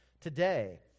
today